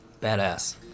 Badass